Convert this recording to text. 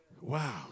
Wow